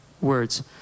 words